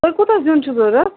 تۄہہِ کوٗتاہ زیُن چھُو ضوٚرَتھ